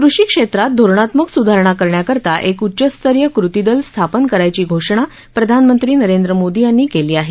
कृषीक्षेत्रात धोरणात्मक सुधारणा करण्याकरता एक उच्चस्तरीय कृतीदल स्थापन करायची घोषणा प्रधानमंत्री नरेंद्र मोदी यांनी केली आहे